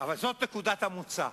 אבל זו נקודת המוצא,